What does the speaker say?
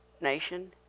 nation